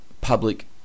public